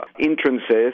entrances